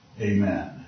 amen